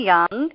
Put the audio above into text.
Young